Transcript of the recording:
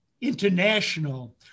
International